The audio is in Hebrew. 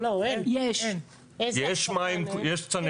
יש צנרת קבועה.